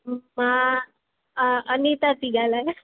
मां अनीता थी ॻाल्हायां